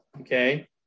Okay